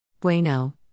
Bueno